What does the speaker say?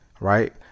right